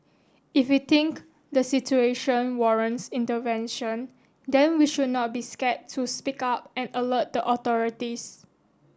if we think the situation warrants intervention then we should not be scared to speak up and alert the authorities